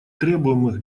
требуемых